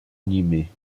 animés